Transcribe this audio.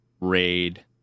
raid